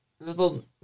little